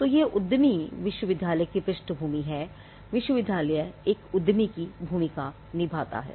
तो यह उद्यमी विश्वविद्यालय की पृष्ठभूमि है विश्वविद्यालय एक उद्यमी की भूमिका निभाता है